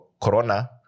Corona